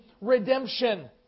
redemption